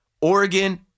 Oregon